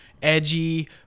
edgy